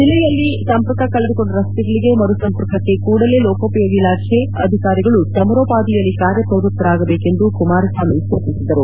ಜಿಲ್ಲೆಯಲ್ಲಿ ಸಂಪರ್ಕ ಕಳೆದುಕೊಂಡ ರಸ್ತೆಗಳಿಗೆ ಮರುಸಂಪರ್ಕಕ್ಕೆ ಕೂಡಲೇ ಲೋಕೋಪಯೋಗಿ ಇಲಾಖೆ ಅಧಿಕಾರಿಗಳು ಸಮರೋಪಾದಿಯಲ್ಲಿ ಕಾರ್ಯಪ್ರವೃತ್ತರಾಗಬೇಕು ಎಂದು ಕುಮಾರಸ್ವಾಮಿ ಸೂಚಿಸಿದರು